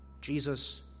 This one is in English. Jesus